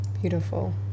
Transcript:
beautiful